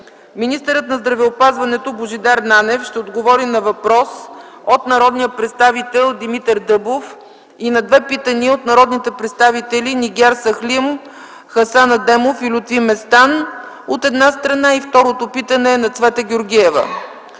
Министърът на здравеопазването Божидар Нанев ще отговори на въпрос от народния представител Димитър Дъбов и на две питания от народните представители Нигяр Сахлим, Хасан Адемов и Лютви Местан, от една страна, и второто питане е от народния